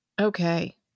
Okay